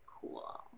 cool